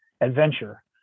adventure